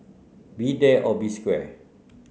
be there or be square